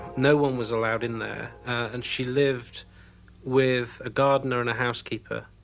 no one was allowed in there. and she lived with a gardener and a housekeeper